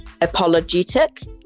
apologetic